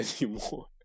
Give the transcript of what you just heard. anymore